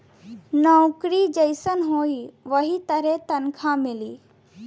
नउकरी जइसन होई वही तरे तनखा मिली